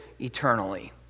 eternally